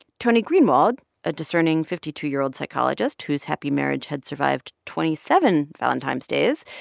tony greenwald, a discerning fifty two year old psychologist whose happy marriage had survived twenty seven valentine's days,